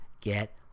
get